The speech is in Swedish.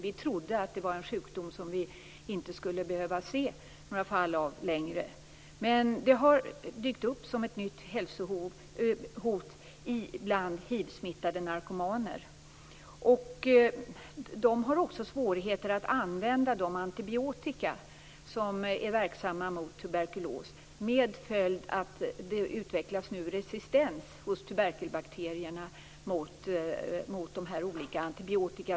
Vi trodde att det var en sjukdom som vi inte skulle behöva se några fall av längre, men det har dykt upp som ett nytt hälsohot bland hivsmittade narkomaner. De har också svårigheter att använda de antibiotika som är verksamma mot tuberkulos, med följd att tuberkelbakterierna nu utvecklar resistens mot olika antibiotika.